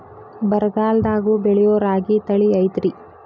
ಬರಗಾಲದಾಗೂ ಬೆಳಿಯೋ ರಾಗಿ ತಳಿ ಐತ್ರಿ?